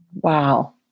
Wow